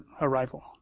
arrival